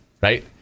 right